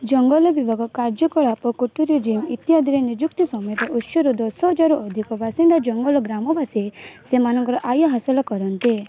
ଜଙ୍ଗଲ ବିଭାଗ କାର୍ଯ୍ୟକଳାପ ଇତ୍ୟାଦିରେ ନିଯୁକ୍ତି ସମେତ ଉତ୍ସରୁ ଦଶହଜାରରୁ ଅଧିକ ବାସିନ୍ଦା ଜଙ୍ଗଲ ଗ୍ରାମବାସୀ ସେମାନଙ୍କର ଆୟ ହାସଲ କରନ୍ତି